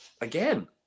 again